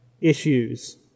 issues